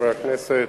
חברי הכנסת,